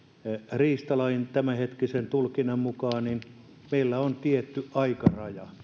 riistalain tämänhetkisen tulkinnan mukaan meillä on tietty aikaraja